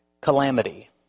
calamity